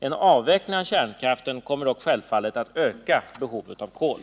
En avveckling av kärnkraften kommer dock självfallet att öka behovet av kol.